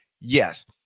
Yes